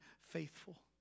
faithful